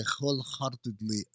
wholeheartedly